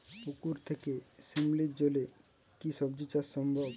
পুকুর থেকে শিমলির জলে কি সবজি চাষ সম্ভব?